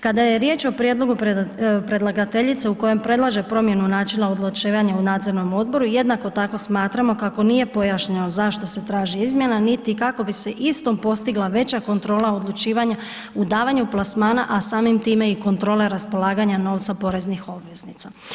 Kada je riječ o prijedlogu predlagateljice u kojem predlaže promjenu načina odlučivanja u nadzornom odboru, jednako tako smatramo kako nije pojašnjeno zašto se traži izmjena niti kako bi se istom postigla veća kontrola odlučivanja u davanju plasmana, a samim time i kontrole raspolaganja novca obveznika.